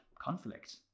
conflict